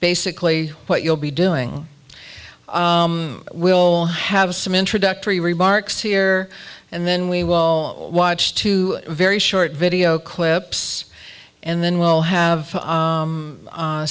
basically what you'll be doing we'll have some introductory remarks here and then we will watch two very short video clips and then we'll have